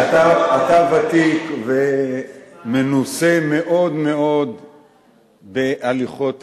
אתה ותיק ומנוסה מאוד מאוד בהליכות הכנסת,